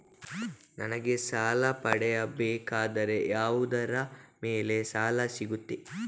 ನನಗೆ ಸಾಲ ಪಡೆಯಬೇಕಾದರೆ ಯಾವುದರ ಮೇಲೆ ಸಾಲ ಸಿಗುತ್ತೆ?